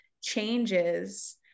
changes